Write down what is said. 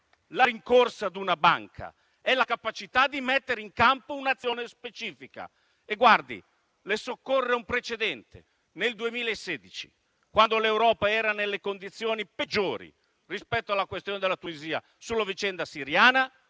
la rincorsa ad una banca. È la capacità di mettere in campo un'azione specifica. Guardi, le soccorre un precedente: nel 2016, quando l'Europa era nelle condizioni peggiori rispetto alla questione della Tunisia sulla vicenda siriana,